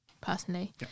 personally